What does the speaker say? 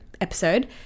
episode